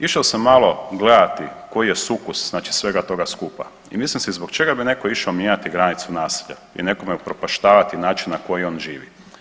Išao sam malo gledati koji je sukus znači svega toga skupa i mislim si zbog čega bi netko išao mijenjati granicu naselja i nekome upropaštavati način na koji on živi.